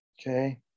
okay